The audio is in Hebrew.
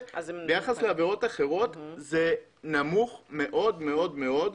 לעבירות אחרות הם נמוכים מאוד מאוד מאוד.